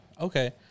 Okay